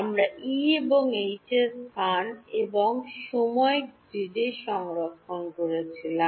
আমরা E এবং H স্থান এবং সময় গ্রিডে সংরক্ষণ করছিলাম